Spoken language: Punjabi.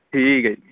ਠੀਕ ਹੈ ਜੀ